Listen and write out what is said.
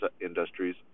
industries